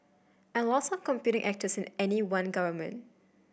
and lots of competing actors in any one government